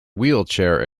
wheelchair